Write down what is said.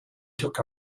took